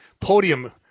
Podium